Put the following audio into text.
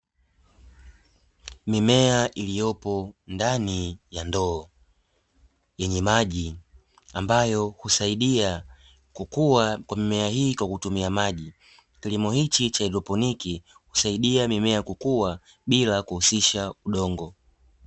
Mimea iliyopo ndani ya ndoo yenye maji ambayo husaidia kukua kwa mimea hii kwa kutumia maji. Kilimo hichi cha haedroponiki husaidia mimea kukua bila kuhusisha udongo.